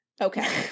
Okay